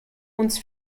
uns